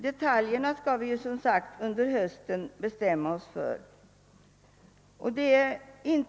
Detaljerna skall vi som sagt bestämma oss för under hösten.